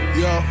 yo